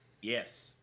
Yes